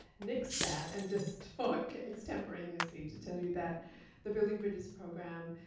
nix that and just talk extemporaneously to tell you that the building bridges program,